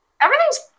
Everything's